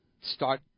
start